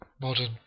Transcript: modern